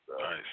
Nice